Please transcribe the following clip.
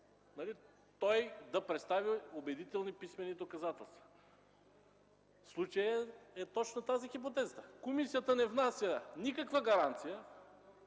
той да представи убедителни писмени доказателства. В случая е точно тази хипотезата – комисията не внася никаква гаранция,